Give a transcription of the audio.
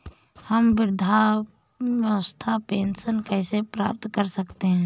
हम वृद्धावस्था पेंशन कैसे प्राप्त कर सकते हैं?